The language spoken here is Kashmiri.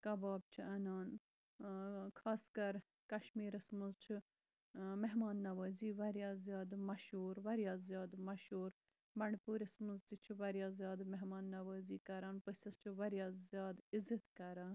کَبابہٕ چھِ اَنان اۭں خاص کر کَشمیٖرَس منٛز چھِ اۭں مہمان نَوٲزی واریاہ زیادٕ مَشہوٗر واریاہ زیادٕ مَشہوٗر بَنڈٕ پوٗرِس منٛز تہِ چھِ واریاہ زیادٕ مہمان نَوٲزی کران پٔژِھس چھِ واریاہ زیادٕ عِزت کران